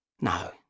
No